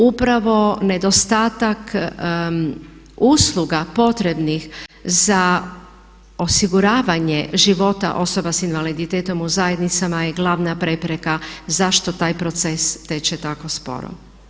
Upravo nedostatak usluga potrebnih za osiguravanje života osoba sa invaliditetom u zajednicama je glavna prepreka zašto taj proces teče tako sporo.